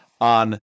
on